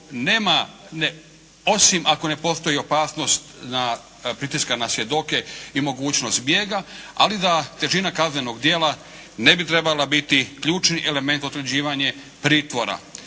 osim ako ne postoji opasnost na pritiska na svjedoke i mogućnost bijega, ali da težina kaznenog djela ne bi trebala biti ključni element za određivanje pritvora.